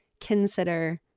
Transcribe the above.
consider